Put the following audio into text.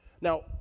Now